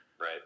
Right